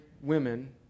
women